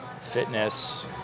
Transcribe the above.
fitness